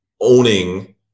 owning